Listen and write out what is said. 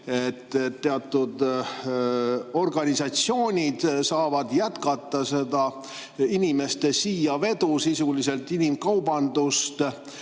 teatud organisatsioonid saavad jätkata seda inimeste siiavedu, sisuliselt inimkaubandust.